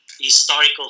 historical